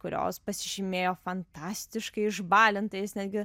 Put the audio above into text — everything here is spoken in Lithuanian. kurios pasižymėjo fantastiškai išbalintais netgi